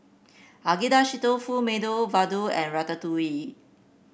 Agedashi Dofu Medu Vada and Ratatouille